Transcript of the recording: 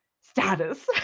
status